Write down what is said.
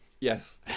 Yes